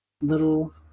little